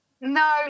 No